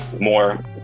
more